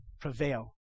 prevail